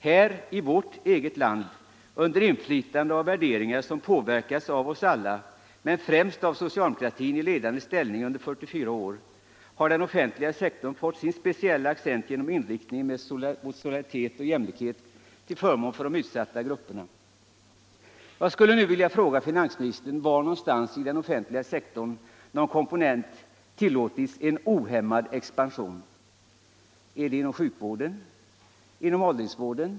Här, i vårt eget'land, under inflytande av värderingar som påverkats av oss alla men främst av socialdemokratin i ledande ställning sedan 44 år. har den offentliga sektorn fått sin speciella accent genom inriktningen mot solidaritet och jämlikhet till förmån för de utsatta grupperna. Jag skulle nu vilja fråga finansministern var någonstans inom den offentliga sektorn någon komponent tillåtits ”en ohämmad expansion”. Är det inom sjukvården? Inom åldringsvården?